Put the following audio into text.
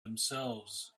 themselves